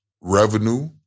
revenue